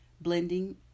blending